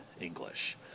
English